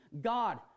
god